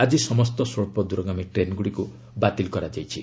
ଆଜି ସମସ୍ତ ସ୍ୱଚ୍ଚଦ୍ରଗାମୀ ଟ୍ରେନ୍ଗୁଡ଼ିକୁ ବାତିଲ କରାଯାଇଛି